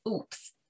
oops